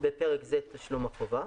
(בפרק זה, תשלום החובה),